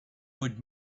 would